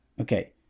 Okay